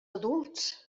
adults